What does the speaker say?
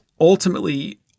ultimately